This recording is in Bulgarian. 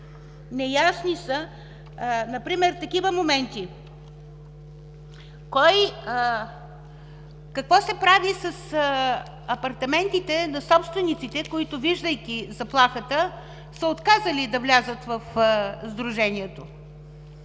неясни са например такива моменти: какво се прави с апартаментите на собствениците, които, виждайки заплахата, са отказали да влязат в сдружението?